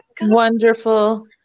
Wonderful